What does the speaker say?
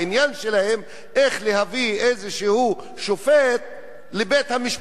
העניין שלהם הוא איך להביא איזה שופט לבית-המשפט